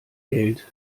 geld